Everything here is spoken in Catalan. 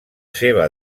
seva